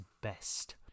best